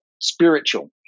spiritual